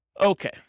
Okay